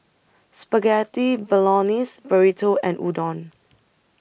Spaghetti Bolognese Burrito and Udon